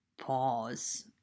pause